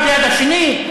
האחד ליד השני?